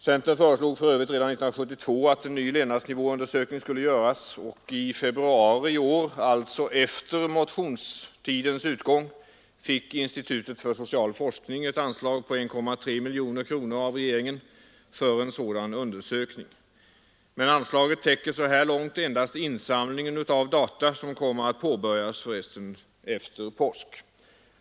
Centern föreslog för övrigt redan år 1972 att en ny levnadsnivåundersök ning skulle göras. I februari i år, alltså efter motionstidens utgång, fick institutet för social forskning ett anslag på 1,3 miljoner kronor av regeringen för en sådan undersökning. Men anslaget täcker så här långt endast insamlingen av data, som för resten kommer att påbörjas efter påsk.